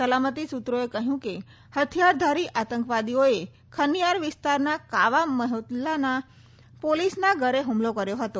સલામતી સૂત્રોએ કહ્યું કે હથિયારધારી આતંકવાદીઓએ ખનયાર વિસ્તારના કાવા મહોલ્લાના પોલીસના ઘરે હુમલો કર્યો હતો